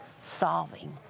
solving